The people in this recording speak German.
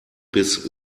bis